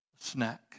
snack